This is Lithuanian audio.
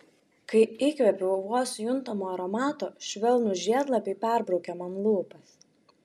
kai įkvėpiau vos juntamo aromato švelnūs žiedlapiai perbraukė man lūpas